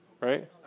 Right